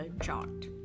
chart